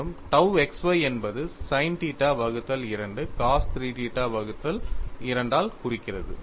மேலும் tau xy என்பது sin θ வகுத்தல் 2 cos 3θ வகுத்தல் 2 ஆல் குறிக்கிறது